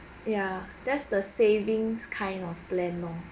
yeah that's the savings kind of plan more